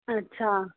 ਅੱਛਾ